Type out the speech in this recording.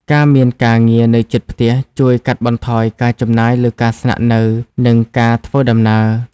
ការមានការងារនៅជិតផ្ទះជួយកាត់បន្ថយការចំណាយលើការស្នាក់នៅ និងការធ្វើដំណើរ។